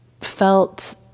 felt